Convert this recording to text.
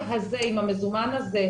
גם אלישיב מרשות המיסים התייחס לזה.